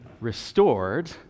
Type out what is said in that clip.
restored